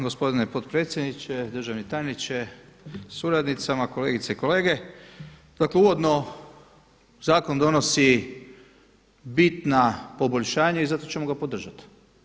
Gospodine potpredsjedniče, državni tajniče sa suradnicama, kolegice i kolege dakle uvodno zakon donosi bitna poboljšanja i zato ćemo ga podržati.